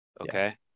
okay